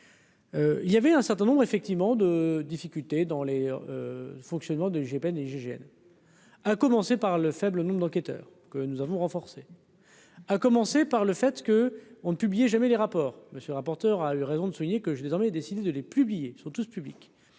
Il y avait un certain nombre effectivement de difficultés dans les fonctionnements de l'IGPN et gégène, à commencer par le faible nombre d'enquêteurs que nous avons renforcé, à commencer par le fait que on ne jamais les rapports, monsieur le rapporteur a eu raison de souligner que j'ai désormais décidé de les publier sur tous publics,